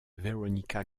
veronica